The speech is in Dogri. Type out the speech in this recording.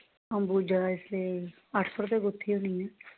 अम्बूजा दा इसलै अट्ठ सौ रपेआ गुत्थी होनी ऐ